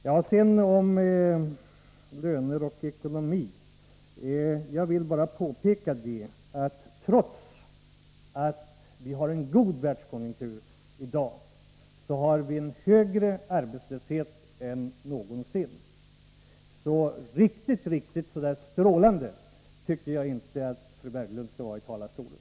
Beträffande löner och ekonomi vill jag bara påpeka att trots att världskonjunkturen i dag är god, har vi en högre arbetslöshet än någonsin — så riktigt strålande tycker jag inte att fru Berglund skall vara i talarstolen.